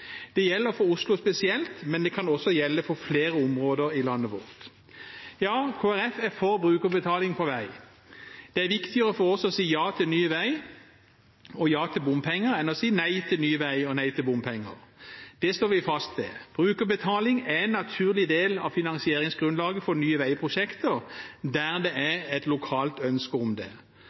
Det gjelder spesielt for Oslo, men det kan også gjelde for flere områder i landet vårt. Kristelig Folkeparti er for brukerbetaling på vei. Det er viktigere for oss å si ja til ny vei og ja til bompenger enn å si nei til ny vei og nei til bompenger. Det står vi fast ved. Brukerbetaling er en naturlig del av finansieringsgrunnlaget for nye veiprosjekter der det er et lokalt ønske om det.